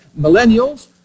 Millennials